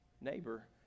neighbor